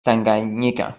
tanganyika